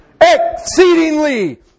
Exceedingly